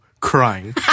crying